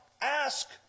Ask